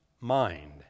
mind